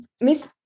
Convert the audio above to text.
miss